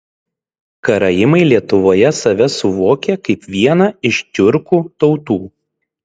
karaimai lietuvoje save suvokia kaip vieną iš tiurkų tautų